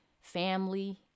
family